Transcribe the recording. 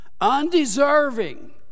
undeserving